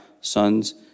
sons